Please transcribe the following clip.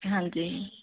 ਹਾਂਜੀ